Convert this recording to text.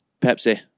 Pepsi